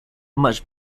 much